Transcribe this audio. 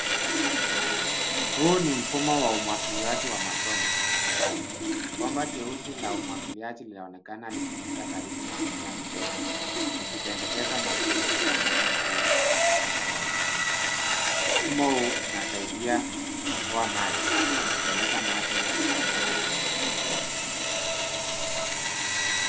Huu ni mfumo wa umwagiliaji wa matone shambani bomba jeusi la umwagiliaji linaonekana likipita karibu na mimea midogo ikipendekeza matumizi ya mfumo huu wa kisasa wa umwagiliaji mfumo huu unasaidia kuokoa maji kwa kupeleka maji moja kwa moja kwenye mzizi wa mmea.